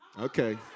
okay